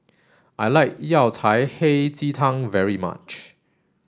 I like Yao Cai Hei Ji Tang very much